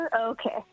okay